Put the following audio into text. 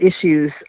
issues